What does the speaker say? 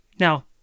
Now